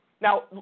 Now